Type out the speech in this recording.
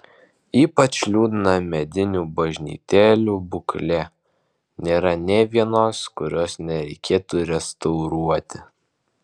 ypač liūdna medinių bažnytėlių būklė nėra nė vienos kurios nereikėtų restauruoti